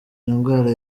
ndwara